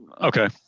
okay